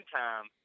time